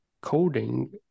coding